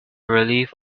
relief